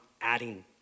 adding